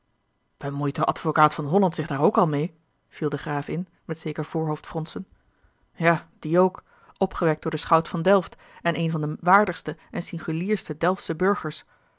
bemoeit de advocaat van holland zich daar ook al meê viel de graaf in met zeker voorhoofdfronsen ja die ook opgewekt door den schout van delft en een van de waardigste en singulierste delftsche burgers